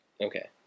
Okay